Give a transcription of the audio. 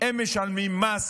הם משלמים מס